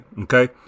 Okay